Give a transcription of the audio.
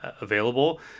available